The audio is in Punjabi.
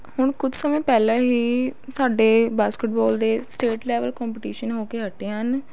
ਹੁਣ ਕੁਛ ਸਮੇਂ ਪਹਿਲਾਂ ਹੀ ਸਾਡੇ ਬਾਸਕਿਟਬਾਲ ਦੇ ਸਟੇਟ ਲੈਵਲ ਕੋਂਪੀਟੀਸ਼ਨ ਹੋ ਕੇ ਹਟੇ ਹਨ